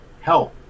help